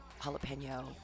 jalapeno